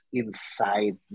inside